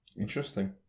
Interesting